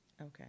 okay